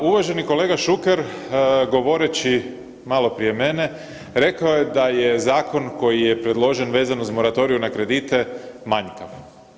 Uvaženi kolega Šuker, govoreći malo prije mene, rekao je da je zakon koji je predložen vezan uz moratorij na kredite manjkav.